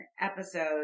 episodes